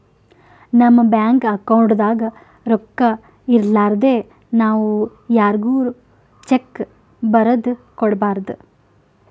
ನಮ್ ಬ್ಯಾಂಕ್ ಅಕೌಂಟ್ದಾಗ್ ರೊಕ್ಕಾ ಇರಲಾರ್ದೆ ನಾವ್ ಯಾರ್ಗು ಚೆಕ್ಕ್ ಬರದ್ ಕೊಡ್ಬಾರ್ದು